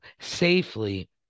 safely